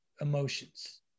emotions